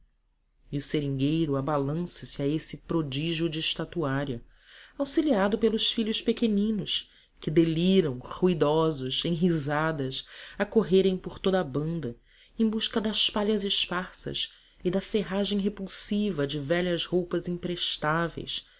e o seringueiro abalança se a esse prodígio de estatuária auxiliado pelos filhos pequeninos que deliram ruidosos em risadas a correrem por toda a banda em busca das palhas esparsas e da farragem repulsiva de velhas roupas imprestáveis